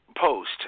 post